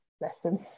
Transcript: lesson